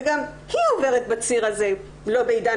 וגם היא עוברת בציר הזה - לא בעידן